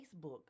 Facebook